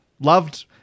Loved